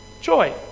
joy